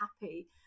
happy